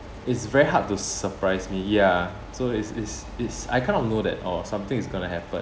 it's very hard to surprise me ya so it's it's it's I kind of know that oh something is gonna happen